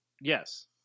Yes